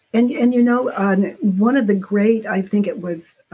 and yeah and you know and one of the great, i think it was